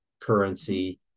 currency